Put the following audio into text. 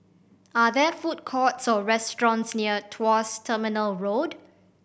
are there food courts or restaurants near Tuas Terminal Road